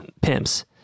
pimps